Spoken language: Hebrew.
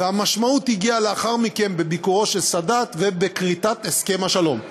והמשמעות הגיעה לאחר מכן בביקורו של סאדאת ובכריתת הסכם השלום.